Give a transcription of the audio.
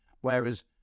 whereas